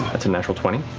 that's a natural twenty.